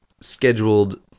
scheduled